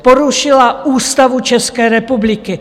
Porušila Ústavu České republiky.